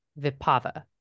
Vipava